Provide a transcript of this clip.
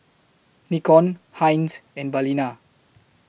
Nikon Heinz and Balina